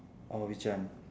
orh which one